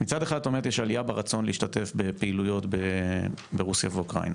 מצד אחד את אומרת שיש עליה ברצון להשתתף בפעילויות ברוסיה ואוקראינה,